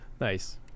Nice